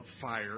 fire